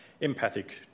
Empathic